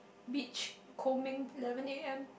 beach combing eleven A_M